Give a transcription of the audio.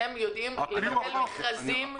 אתם יודעים לבטל מכרזים?